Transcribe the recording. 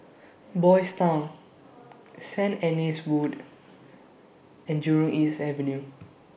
Boys' Town Sanit Anne's Wood and Jurong East Avenue